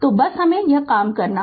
तो बस हमे यह काम करना है